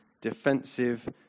defensive